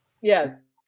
Yes